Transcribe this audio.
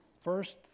First